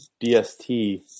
DST